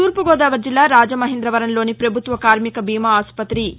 తూర్పు గోదావరిజిల్లా రాజమహేందవరంలోని పభుత్వ కార్శిక బీమా ఆసుపుతి ఇ